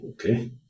okay